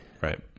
Right